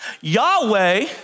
Yahweh